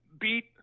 beat